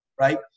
right